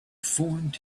formed